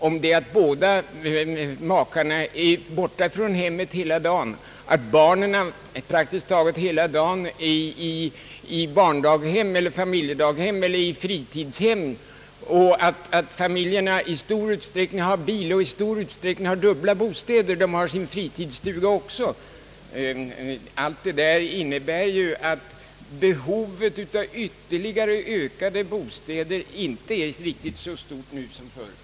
Om båda makarna är borta från hemmet hela dagen och barnen praktiskt taget också hela dagen vistas på barndaghem, familjedaghem eller i fritidshem, om familjerna, vilket är fallet i stor utsträckning, har bil och dubbla bostäder — de har också sin fritidsstuga — innebär allt detta ju att behovet av större bostäder inte är riktigt detsamma nu som tidigare.